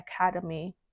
academy